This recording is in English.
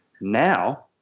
Now